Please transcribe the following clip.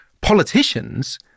politicians